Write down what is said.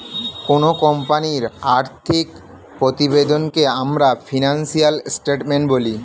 কোনো কোম্পানির আর্থিক প্রতিবেদনকে আমরা ফিনান্সিয়াল স্টেটমেন্ট বলি